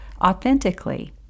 authentically